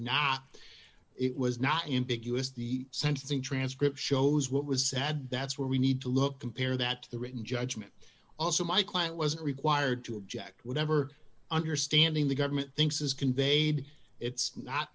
not it was not in big u s the sentencing transcript shows what was sad that's where we need to look compare that to the written judgment also my client was required to object whatever understanding the government thinks is conveyed it's not